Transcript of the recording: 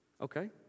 Okay